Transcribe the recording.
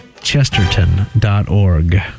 Chesterton.org